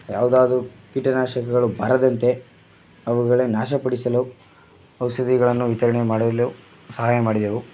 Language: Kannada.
ಯಾವುದಾದರೂ ಕೀಟನಾಶಕಗಳು ಬರದಂತೆ ಅವುಗಳನ್ನ ನಾಶ ಪಡಿಸಲು ಔಷಧಿಗಳನ್ನು ವಿತರಣೆ ಮಾಡಲು ಸಹಾಯ ಮಾಡಿದೆವು